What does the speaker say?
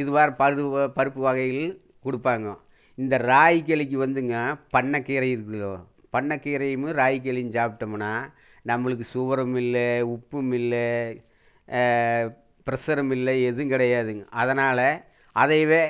இதுமாதிரி பருப்பு வகைகள் கொடுப்பாங்க இந்த ராகி களிக்கு வந்துங்க பண்ணைக்கீரை இருக்குதுல பண்ணை கீரையும் ராகி களியும் சாப்பிட்டோம்னா நம்மளுக்கு சுகருமில்லை உப்புமில்லலை பிரஷருமில்லை எதுவும் கிடையாதுங்க அதனால் அதையவே